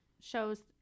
shows